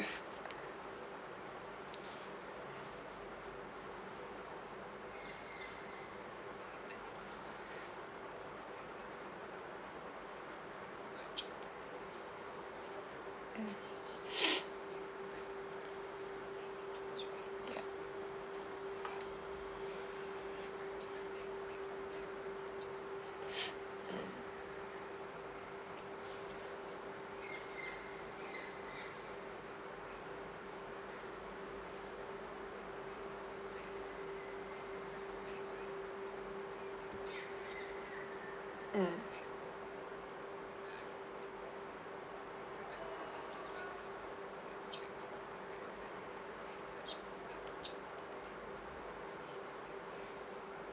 mm ya mm mm